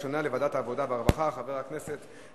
בוועדת העבודה, הרווחה והבריאות נתקבלה.